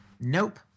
Nope